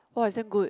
!wah! is damn good